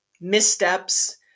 missteps